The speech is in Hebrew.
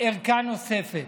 ארכה נוספת.